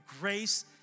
grace